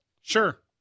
Sure